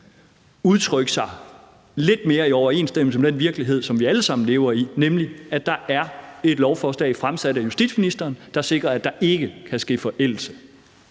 udtrykke sig lidt mere i overensstemmelse med den virkelighed, som vi alle sammen lever i, nemlig at der er et lovforslag fremsat af justitsministeren, der sikrer, at der ikke kan ske forældelse?